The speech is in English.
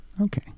okay